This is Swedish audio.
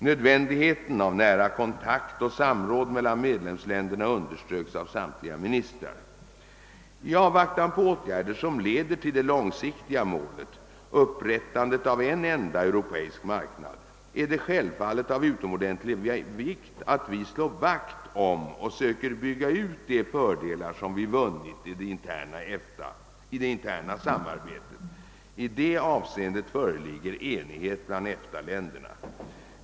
Nödvändigheten av nära kontakt och samråd mellan medlemsländerna underströks av samtliga ministrar. I avvaktan på åtgärder som leder till det långsiktiga målet — upprättandet av en enda europeisk marknad är det självfallet av utomordentlig vikt att vi slår vakt om och söker bygga ut de fördelar vi vunnit i det interna samarbetet. I det avseendet föreligger enighet bland EFTA-länderna.